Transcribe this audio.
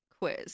quiz